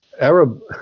arab